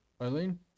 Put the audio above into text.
Eileen